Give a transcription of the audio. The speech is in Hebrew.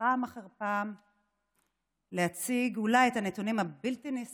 פעם אחר פעם להציג אולי את הנתונים הבלתי-נסבלים